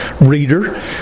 reader